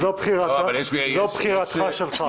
זאת בחירתך שלך.